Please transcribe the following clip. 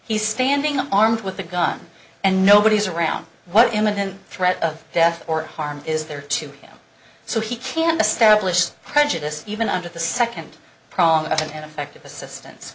he's standing up armed with a gun and nobody's around what imminent threat of death or harm is there to him so he can't establish prejudice even under the second prong to an affective assistance